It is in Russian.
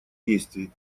действий